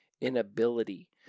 inability